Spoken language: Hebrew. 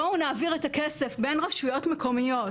בואו נעביר את הכסף בין רשויות מקומיות,